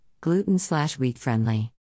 Gluten-slash-wheat-friendly